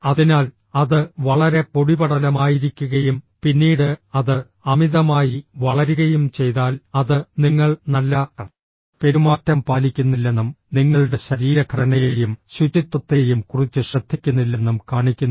അതിനാൽ അത് വളരെ പൊടിപടലമായിരിക്കുകയും പിന്നീട് അത് അമിതമായി വളരുകയും ചെയ്താൽ അത് നിങ്ങൾ നല്ല പെരുമാറ്റം പാലിക്കുന്നില്ലെന്നും നിങ്ങളുടെ ശരീരഘടനയെയും ശുചിത്വത്തെയും കുറിച്ച് ശ്രദ്ധിക്കുന്നില്ലെന്നും കാണിക്കുന്നു